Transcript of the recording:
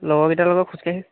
লগৰকেইটাৰ লগত খোজকাঢ়ি